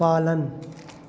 पालन